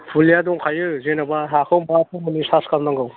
फुलिया दंखायो जेन'बा हाखौ खालामनांगौ